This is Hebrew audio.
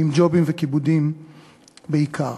עם ג'ובים וכיבודים בעיקר.